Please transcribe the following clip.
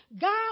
God